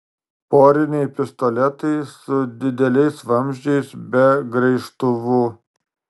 poriniai pistoletai su dideliais vamzdžiais be graižtvų